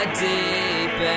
deep